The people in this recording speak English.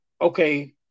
okay